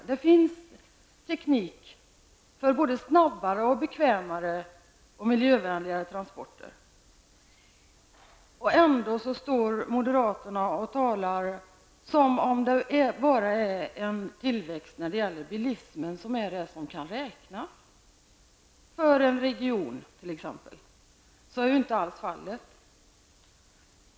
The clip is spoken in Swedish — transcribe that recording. Det finns teknik för både snabbare, bekvämare och miljövänligare transporter. Ändå talar moderaterna som om det bara är en tillväxt när det gäller bilism som kan räknas i en region. Så är alltså inte fallet.